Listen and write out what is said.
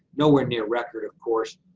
nowhere near record, of course.